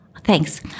Thanks